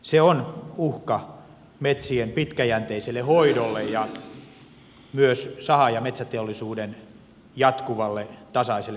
se on uhka metsien pitkäjänteiselle hoidolle ja myös saha ja metsäteollisuuden jatkuvalle tasaiselle puunsaannille